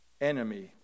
enemy